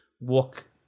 walk